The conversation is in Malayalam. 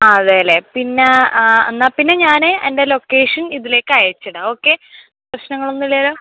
ആ അതെ അല്ലേ പിന്നെ ആ എന്നാൽ പിന്നെ ഞാൻ എൻ്റെ ലൊക്കേഷൻ ഇതിലേക്ക് അയച്ചിടാം ഓക്കെ പ്രശ്നങ്ങളൊന്നും ഇല്ലാലോ